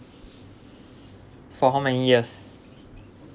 for how many years